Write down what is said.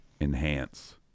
Enhance